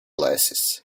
glasses